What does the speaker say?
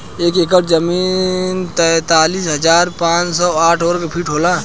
एक एकड़ जमीन तैंतालीस हजार पांच सौ साठ वर्ग फुट होला